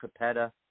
Capetta